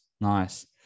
nice